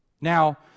Now